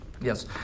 Yes